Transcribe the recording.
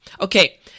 Okay